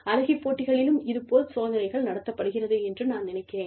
அழகி போட்டிகளிலும் இதுபோல் சோதனைகள் நடத்தப்படுகிறது என்று நான் நினைக்கிறேன்